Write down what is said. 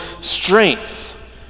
strength